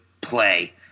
play